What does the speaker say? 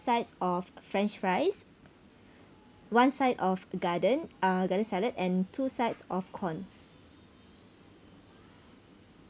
sides of french fries one side of garden uh garden salad and two sides of corn